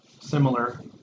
similar